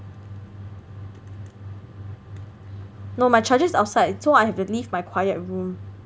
no my charger is outside so I have to leave my quiet room